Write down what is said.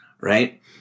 Right